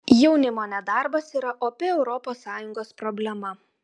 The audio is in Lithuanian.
jaunimo nedarbas yra opi europos sąjungos problema